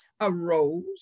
arose